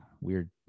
weird